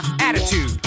Attitude